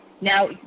Now